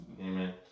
amen